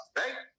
right